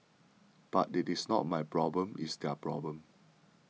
but it is not my problem it's their problem